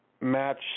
match